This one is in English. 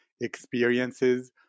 experiences